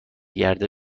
گرده